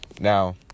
Now